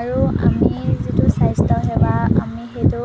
আৰু আমি যিটো স্বাস্থ্যসেৱা আমি সেইটো